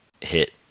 hit